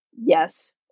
yes